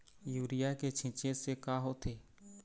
Urea के छींचे से का होथे?